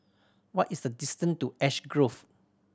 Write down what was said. what is the distance to Ash Grove